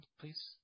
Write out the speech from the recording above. please